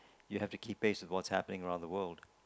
you have to keep pace with what's happening around the world